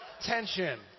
tension